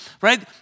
Right